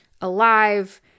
alive